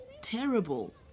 terrible